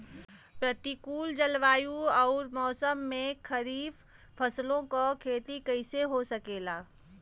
प्रतिकूल जलवायु अउर मौसम में खरीफ फसलों क खेती कइसे हो सकेला?